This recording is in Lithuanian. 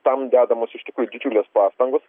tam dedamos iš tikrųjų didžiulės pastangos